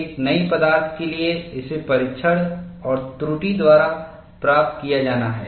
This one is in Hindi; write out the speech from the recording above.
एक नई पदार्थ के लिए इसे परीक्षण और त्रुटि द्वारा प्राप्त किया जाना है